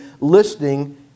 listening